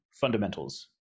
fundamentals